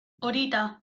horita